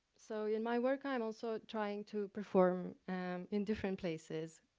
so in my work, i'm also trying to perform in different places,